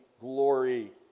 glory